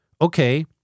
okay